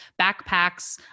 backpacks